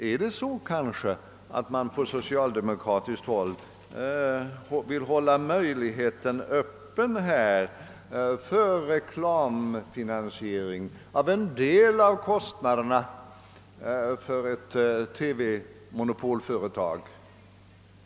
Vill man på socialdemokratiskt håll fortfarande hålla möjligheten öppen för reklamfinansiering av en del av kostnaderna för TV?